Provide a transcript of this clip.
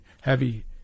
heavy